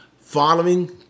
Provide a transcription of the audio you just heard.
following